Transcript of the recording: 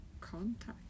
contact